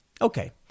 Okay